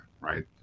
right